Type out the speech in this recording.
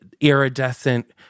iridescent